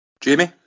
Jamie